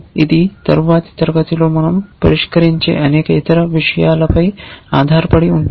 ఇది తరువాతి తరగతిలో మనం పరిష్కరించే అనేక ఇతర విషయాలపై ఆధారపడి ఉంటుంది